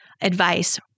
advice